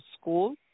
school